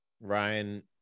ryan